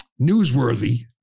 newsworthy